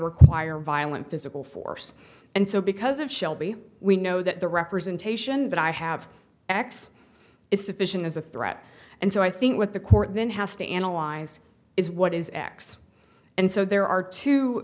require violent physical force and so because of shelby we know that the representation that i have x is sufficient as a threat and so i think what the court then has to analyze is what is x and so there are t